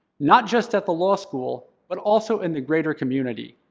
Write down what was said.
not just at the law school, but also in the greater community,